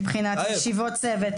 מבחינת ישיבות צוות,